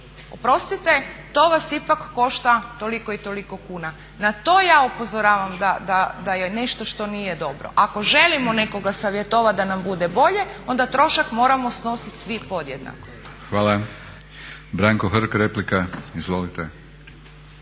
oprostite to vas ipak košta toliko i toliko kuna. Na to ja upozoravam da je nešto što nije dobro. Ako želimo nekoga savjetovati da nam bude bolje onda trošak moramo snositi svi podjednako. **Batinić, Milorad (HNS)**